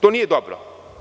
To nije dobro.